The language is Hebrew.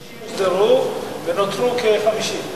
90 הוסדרו ונותרו כ-50.